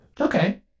Okay